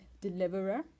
deliverer